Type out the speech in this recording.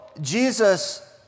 Jesus